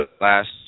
last